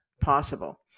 possible